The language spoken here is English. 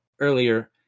earlier